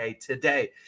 today